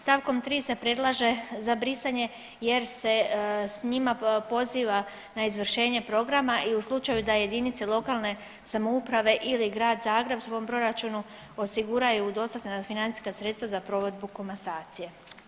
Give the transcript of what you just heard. Stavkom 3. se predlaže za brisanje jer s njima poziva na izvršenje programa i u slučaju da jedinice lokalne samouprave ili Grad Zagreb u svoj proračunu osiguraju dostatna financijska sredstva za provedbu komasacije.